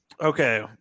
Okay